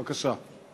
בבקשה.